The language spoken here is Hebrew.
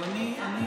אבל מה